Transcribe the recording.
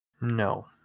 No